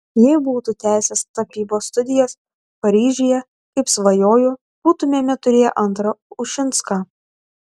jei būtų tęsęs tapybos studijas paryžiuje kaip svajojo būtumėme turėję antrą ušinską